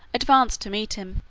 advanced to meet him.